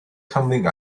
coming